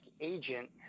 agent